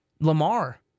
Lamar